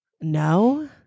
No